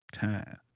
Time